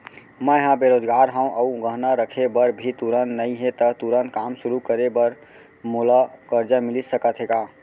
मैं ह बेरोजगार हव अऊ गहना रखे बर भी तुरंत नई हे ता तुरंत काम शुरू करे बर मोला करजा मिलिस सकत हे का?